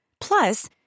Plus